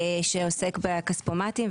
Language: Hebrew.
שעוסק בכספומטים,